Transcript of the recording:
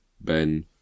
Ben